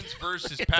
versus